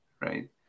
right